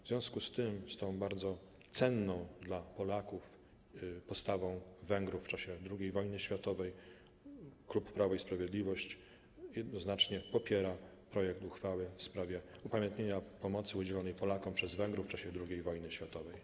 W związku z tym, z tą bardzo cenną dla Polaków postawą Węgrów w czasie II wojny światowej, klub Prawo i Sprawiedliwość jednoznacznie popiera projekt uchwały w sprawie upamiętnienia pomocy udzielonej Polakom przez Węgrów w czasie II wojny światowej.